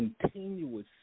continuous